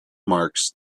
marks